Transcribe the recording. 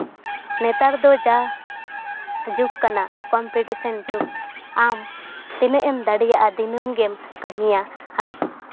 ᱱᱮᱛᱟᱨ ᱫᱚ ᱡᱟ ᱡᱩᱜᱽ ᱠᱟᱱᱟ ᱠᱚᱢᱯᱤᱴᱤᱥᱮᱱ ᱡᱩᱜᱽ ᱟᱢ ᱛᱤᱱᱟᱹᱜ ᱮᱢ ᱫᱟᱲᱮᱭᱟᱜᱼᱟ ᱫᱤᱱᱟᱹᱢ ᱜᱮᱢ ᱠᱟᱹᱢᱤᱭᱟ ᱟᱨ